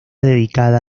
dedicada